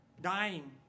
dying